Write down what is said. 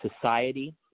society